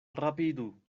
rapidu